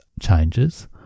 changes